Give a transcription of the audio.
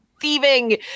thieving